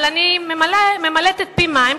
אבל אני ממלאת פי מים,